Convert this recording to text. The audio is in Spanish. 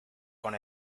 con